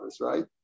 right